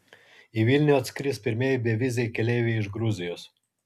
į vilnių atskris pirmieji beviziai keleiviai iš gruzijos